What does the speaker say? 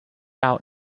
out